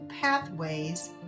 pathways